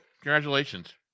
Congratulations